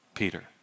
Peter